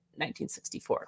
1964